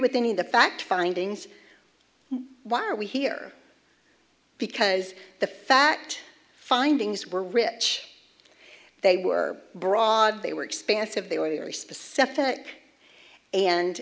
with any of the fact findings why are we here because the fact findings were rich they were broad they were expansive they were very specific and